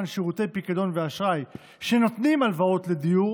שירותי פיקדון ואשראי שנותנים הלוואות לדיור